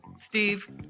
Steve